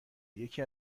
یکی